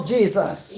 Jesus